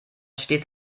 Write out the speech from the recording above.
stets